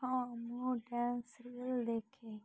ହଁ ମୁଁ dance reel ଦେଖେ